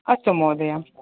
अस्तु महोदय